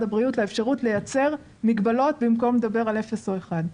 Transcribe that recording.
הבריאות לאפשרות לייצר מגבלות במקום לדבר על אפס או אחד,